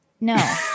No